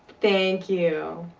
thank you.